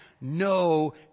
no